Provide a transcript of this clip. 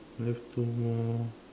left two more